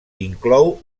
inclou